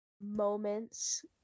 moments